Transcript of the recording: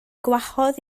gwahodd